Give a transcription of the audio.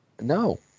No